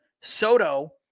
Soto